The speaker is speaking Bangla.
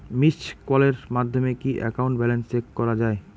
মিসড্ কলের মাধ্যমে কি একাউন্ট ব্যালেন্স চেক করা যায়?